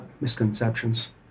misconceptions